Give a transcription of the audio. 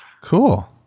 Cool